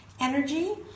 energy